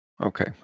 Okay